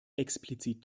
explizit